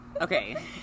okay